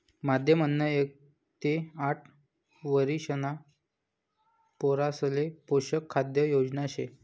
माध्यम अन्न एक ते आठ वरिषणा पोरासले पोषक खाद्य योजना शे